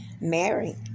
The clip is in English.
Mary